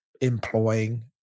employing